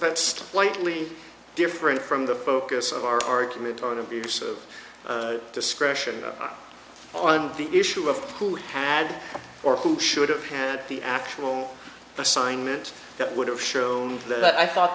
but slightly different from the focus of our argument on abuse of discretion on the issue of who had or who should have had the actual assignment that would have shown that i thought